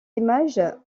images